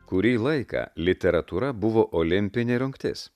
kurį laiką literatūra buvo olimpinė rungtis